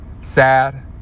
Sad